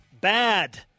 bad